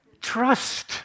Trust